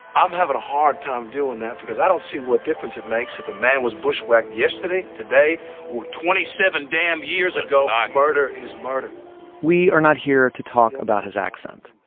i'm having a hard time doing that because i don't see what difference it makes if a man was bushwhacked yesterday, today or twenty seven damn years ago. ah murder is murder we are not here to talk about his accent.